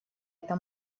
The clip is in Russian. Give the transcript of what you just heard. эта